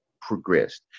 progressed